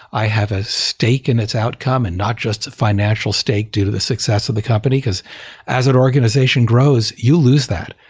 i have a stake and its outcome and not just a financial stake due to the success of the company, because as an organization grows, you lose that.